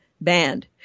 banned